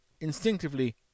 instinctively